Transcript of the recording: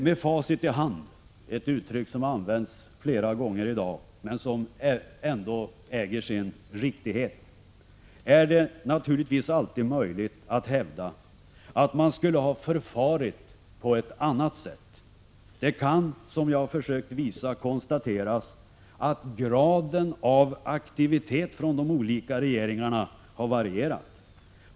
Med facit i hand — ett uttryck som använts många gånger i dag och som äger sin riktighet — är det naturligtvis alltid möjligt att hävda att man skulle ha förfarit på ett annat sätt. Det kan, som jag har försökt visa, konstateras att graden av aktivitet från de olika regeringarna har varierat.